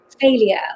failure